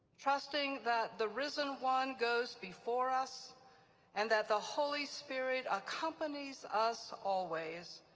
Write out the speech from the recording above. trusting that the risen one goes before us and that the holy spirit accompanies us always.